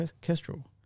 Kestrel